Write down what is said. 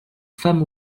femme